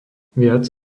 viac